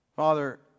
Father